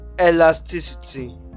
Elasticity